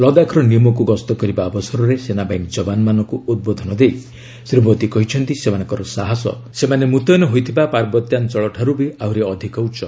ଲଦାଖ୍ର ନିମୋକୁ ଗସ୍ତ କରିବା ଅବସରରେ ସେନାବାହିନୀ ଯବାନମାନଙ୍କୁ ଉଦ୍ବୋଧନ ଦେଇ ଶ୍ରୀ ମୋଦି କହିଛନ୍ତି ସେମାନଙ୍କର ସାହସ ସେମାନେ ମ୍ରତୟନ ହୋଇଥିବା ପାର୍ବତ୍ୟାଞ୍ଚଳଠାର୍ ବି ଆହ୍ରରି ଅଧିକ ଉଚ୍ଚ